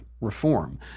reform